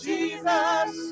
Jesus